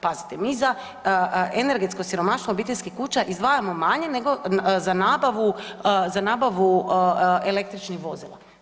Pazite, mi za energetsko siromaštvo obiteljskih kuća izdvajamo manje nego za nabavu, za nabavu električnih vozila.